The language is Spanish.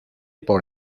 por